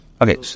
Okay